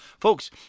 Folks